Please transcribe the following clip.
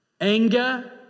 anger